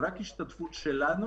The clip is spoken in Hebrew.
זאת רק השתתפות שלנו,